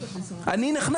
אני מודה,